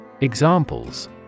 Examples